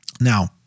Now